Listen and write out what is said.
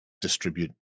distribute